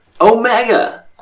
Omega